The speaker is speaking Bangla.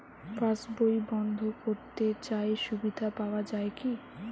পাশ বই বন্দ করতে চাই সুবিধা পাওয়া যায় কি?